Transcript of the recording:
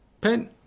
pen